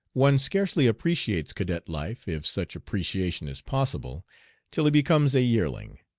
one scarcely appreciates cadet life if such appreciation is possible till he becomes a yearling.